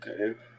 Okay